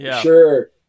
Sure